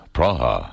Praha